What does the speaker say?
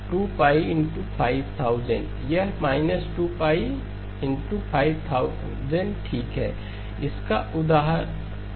यह −2 ठीक है